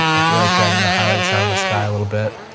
and i feel like dragging the highlights down in the sky a little bit,